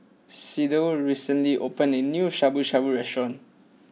Sydell recently opened a new Shabu Shabu restaurant